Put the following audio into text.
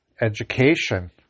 education